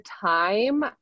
time